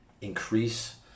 increase